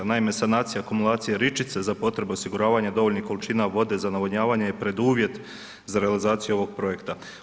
Naime, sanacija akumulacije Ričice za potrebe osiguravanja dovoljnih količina vode za navodnjavanje je preduvjet za realizaciju ovog projekta.